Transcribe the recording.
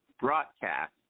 broadcast